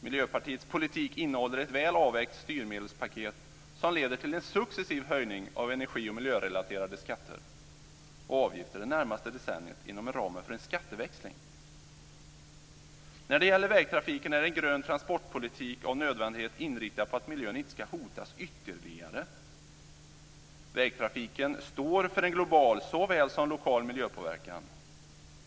Miljöpartiets politik innehåller ett väl avvägt styrmedelspaket, som inom ramen för en skatteväxling leder till en successiv höjning av energi och miljörelaterade skatter och avgifter under det närmaste decenniet. När det gäller vägtrafiken är en grön transportpolitik med nödvändighet inriktad på att miljön inte ska hotas ytterligare. Vägtrafiken står för en global såväl som lokal miljöpåverkan.